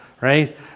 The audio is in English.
right